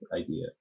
idea